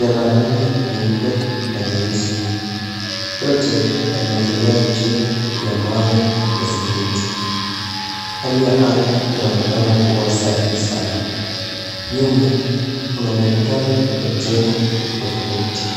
.Yana rangi nyeupe na nyeusi .Yote yameekelea juu ya mawe ya simiti .Hali ya anga inaonekana kuwa safi sana .Nyuma ,kuna mwonekano wa jengo tofauti.